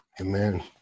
Amen